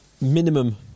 minimum